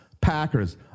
Packers